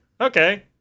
okay